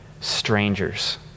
strangers